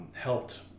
helped